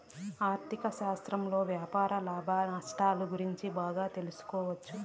ఆర్ధిక శాస్త్రంలోని వ్యాపార లాభాలు నష్టాలు గురించి బాగా తెలుసుకోవచ్చు